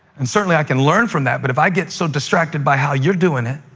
and certainly, i can learn from that, but if i get so distracted by how you're doing it,